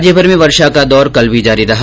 राज्यभर में वर्षा का दौर कल भी जारी रहा